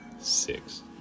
Six